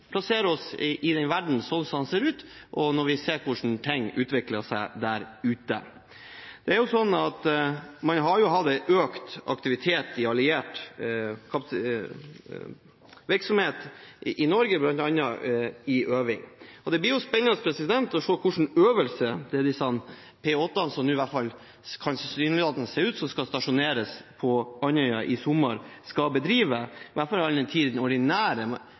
plassere oss i verden sånn som den ser ut, og når vi ser hvordan ting utvikler seg der ute. Det er jo sånn at man har hatt en økt aktivitet i alliert virksomhet i Norge, bl.a. i øving. Det blir spennende å se hva slags øvelse det er disse P-8-ene, som det nå i hvert fall tilsynelatende kan se ut som skal stasjoneres på Andøya i sommer, skal bedrive, i hvert fall all den tid det ordinære